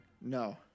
No